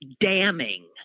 damning